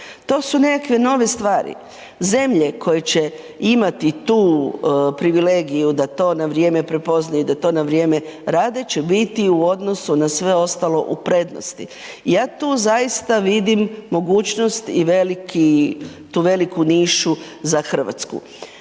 to su nekakve nove stvari. Zemlje koje će imati tu privilegiju da to na vrijeme prepoznaju, da to na vrijeme rade će biti u odnosu na sve ostalo u prednosti. I ja tu zaista vidim mogućnost i tu veliku nišu za Hrvatsku.